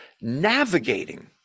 navigating